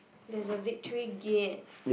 there's a victory gate